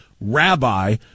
Rabbi